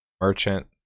merchant